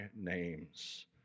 name's